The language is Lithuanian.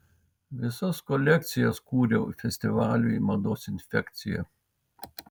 visas kolekcijas kūriau festivaliui mados infekcija